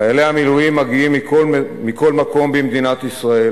חיילי המילואים מגיעים מכל מקום במדינת ישראל